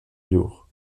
lourd